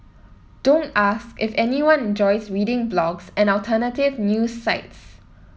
don't ask if anyone enjoys reading blogs and alternative news sites